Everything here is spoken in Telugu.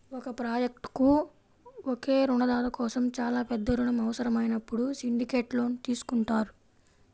ఒక ప్రాజెక్ట్కు ఒకే రుణదాత కోసం చాలా పెద్ద రుణం అవసరమైనప్పుడు సిండికేట్ లోన్ తీసుకుంటారు